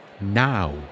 now